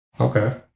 Okay